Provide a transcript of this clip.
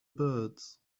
birds